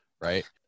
right